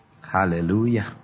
Hallelujah